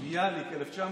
ביאליק, 1931,